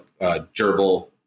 Gerbil